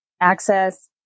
Access